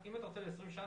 אם אתה רוצה ל-20 שנים,